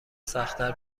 سختتر